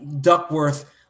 duckworth